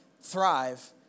thrive